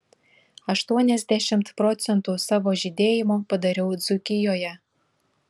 aštuoniasdešimt procentų savo žydėjimo padariau dzūkijoje